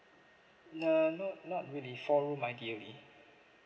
err no not really four room ideally